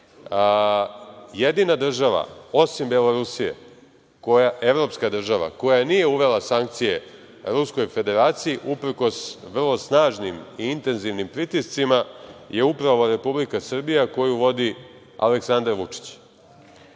Jedina država, osim Belorusije, evropska država, koja nije uvela sankcije Ruskoj Federaciji, uprkos vrlo snažnim i intenzivnim pritiscima, je upravo Republika Srbija koju vodi Aleksandar Vučić. Već